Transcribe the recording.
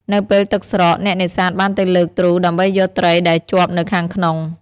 នៅពេលទឹកស្រក អ្នកនេសាទបានទៅលើកទ្រូដើម្បីយកត្រីដែលជាប់នៅខាងក្នុង។